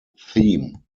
theme